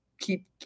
keep